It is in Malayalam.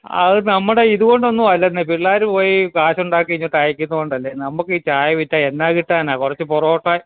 അതു നമ്മുടെ ഇതു കൊണ്ടൊന്നും അല്ലന്നേ പിള്ളേർ പോയി കാശുണ്ടാക്കി ഇങ്ങോട്ടയക്കുന്നുണ്ടല്ലേ നമുക്കീ ചായ വിറ്റാലെന്നാ കിട്ടാനാണ് കുറച്ച് പൊറോട്ട